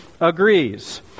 agrees